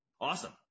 Awesome